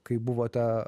kai buvote